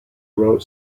wrote